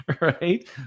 right